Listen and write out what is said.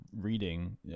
reading